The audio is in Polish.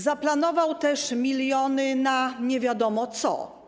Zaplanował też miliony na nie wiadomo co.